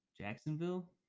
Jacksonville